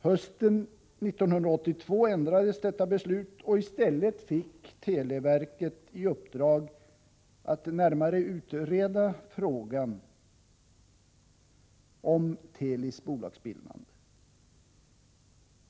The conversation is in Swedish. Hösten 1982 ändrades detta beslut, och i stället fick televerket i uppdrag att närmare utreda frågan om att överföra Teli till bolagsform.